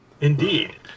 Indeed